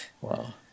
Wow